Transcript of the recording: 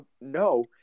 no